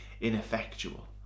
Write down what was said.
ineffectual